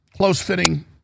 close-fitting